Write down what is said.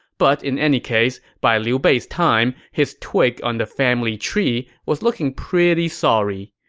but in any case, by liu bei's time, his twig on the family tree was looking pretty sorry.